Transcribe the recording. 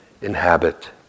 inhabit